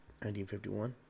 1951